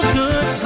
good